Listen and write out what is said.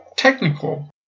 technical